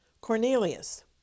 Cornelius